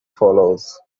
follows